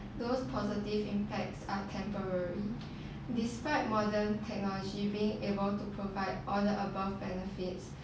those positive impacts are temporary despite modern technology being able to provide all the above benefits